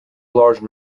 large